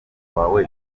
wawe